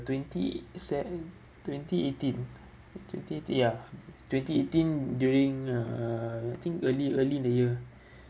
twenty-sev~ twenty-eighteen twenty ~ ty ya twenty-eighteen during err I think early early in the year